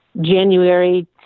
January